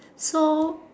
so